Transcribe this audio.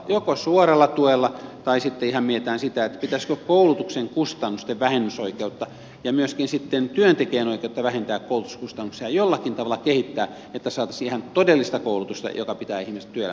joko suoralla tuella tai sitten ihan mietitään sitä pitäisikö koulutuksen kustannusten vähennysoikeutta ja myöskin sitten työntekijän oikeutta vähentää koulutuskustannuksia jollakin tavalla kehittää että saataisiin ihan todellista koulutusta joka pitää ihmiset työelämässä pitkään